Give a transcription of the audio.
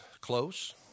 close